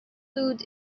food